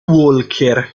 walker